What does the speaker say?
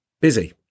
busy